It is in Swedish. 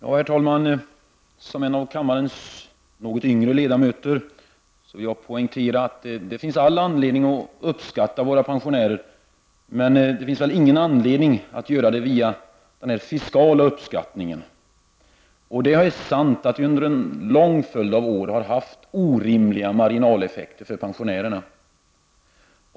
Herr talman! Som en av kammarens något yngre ledamöter vill jag poängtera att det finns all anledning att uppskatta våra pensionärer, men att det inte bör ske den fiskala vägen. Det är sant att vi under en lång följd av år har haft orimliga marginaleffekter för pensionärerna.